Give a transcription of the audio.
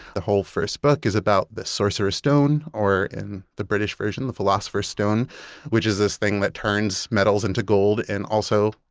the whole first book is about the sorcerer's stone or, in the british version, the philosopher's stone which is this thing that turns metals into gold and also,